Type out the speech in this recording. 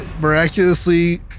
miraculously